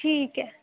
ਠੀਕ ਹੈ